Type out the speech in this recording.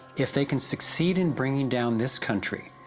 if they can suceed in bringing down this country,